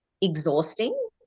exhausting